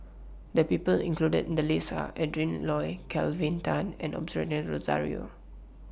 The People included in The list Are Adrin Loi Kelvin Tan and Osbert Rozario